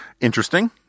interesting